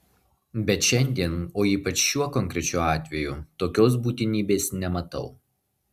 bet šiandien o ypač šiuo konkrečiu atveju tokios būtinybės nematau